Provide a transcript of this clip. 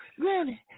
Granny